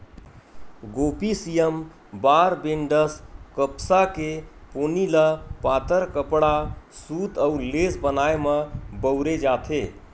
Gossypium barbadense कपसा के पोनी ल पातर कपड़ा, सूत अउ लेस बनाए म बउरे जाथे